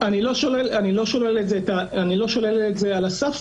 אני לא שולל את זה על הסף,